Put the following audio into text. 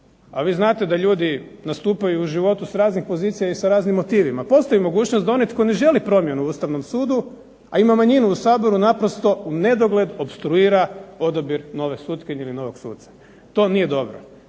a vi znate da ljudi nastupaju u životu sa raznih pozicija i raznim motivima, postoji mogućnost da onaj tko ne želi promjenu u Ustavnom sudu, a ima manjinu u Saboru naprosto u nedogled opstruira odabir nove sutkinje ili novog suca. To nije dobro.